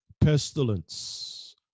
Pestilence